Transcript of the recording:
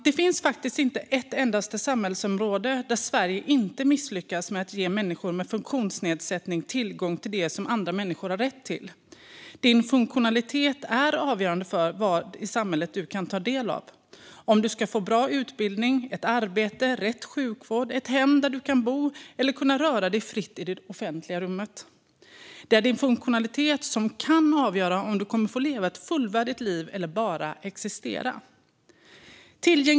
Det finns faktiskt inte ett endaste samhällsområde där Sverige inte misslyckas med att ge människor med funktionsnedsättning tillgång till det som andra människor har rätt till. Din funktionalitet är avgörande för vad i samhället du kan ta del av, om du ska få bra utbildning, ett arbete, rätt sjukvård och ett hem där du kan bo och om du ska kunna röra dig fritt i det offentliga rummet. Din funktionalitet kan avgöra om du kommer att få leva ett fullvärdigt liv eller bara existera.